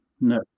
No